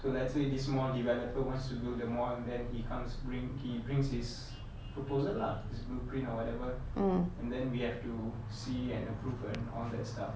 so let's say this mall developer wants to do the mall then he comes bring he brings his proposal lah his blueprint or whatever and then we have to see and approve and all that stuff